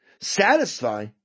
satisfy